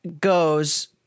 goes